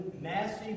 massive